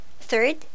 Third